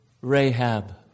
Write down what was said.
Rahab